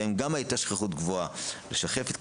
בהן גם הייתה שכיחות גבוהה לשחפת,